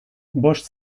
bost